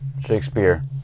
Shakespeare